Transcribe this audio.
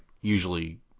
usually